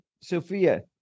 Sophia